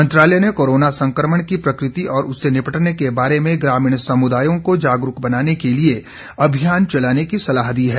मंत्रालय ने कोरोना संक्रमण की प्रकृति और उससे निपटने के बारे में ग्रामीण समुदायों को जागरूक बनाने के लिए अभियान चलाने की सलाह दी है